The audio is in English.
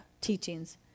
teachings